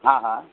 हा हा